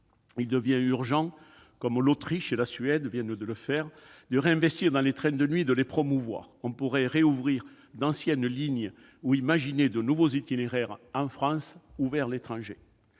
il devient urgent, comme l'Autriche et la Suède viennent de le faire, de réinvestir dans les trains de nuit et de les promouvoir. On pourrait rouvrir d'anciennes lignes ou imaginer de nouveaux itinéraires en France ou vers l'étranger.